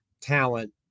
talent